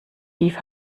die